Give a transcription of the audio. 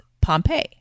Pompeii